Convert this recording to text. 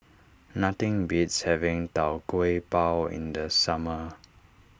nothing beats having Tau Kwa Pau in the summer